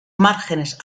márgenes